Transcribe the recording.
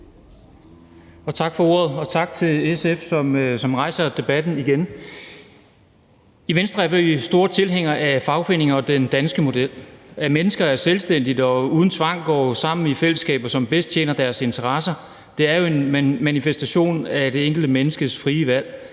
det, formand, og tak til SF, som rejser debatten igen. I Venstre er vi store tilhængere af fagforeninger og den danske model. At mennesker er selvstændige og uden tvang går sammen i fællesskaber, som bedst tjener deres interesser, er jo en manifestation af det enkelte menneskes frie valg.